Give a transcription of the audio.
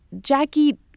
Jackie